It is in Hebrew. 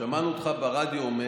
שמענו אותך אומר ברדיו: